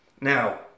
Now